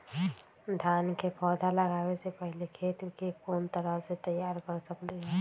धान के पौधा लगाबे से पहिले खेत के कोन तरह से तैयार कर सकली ह?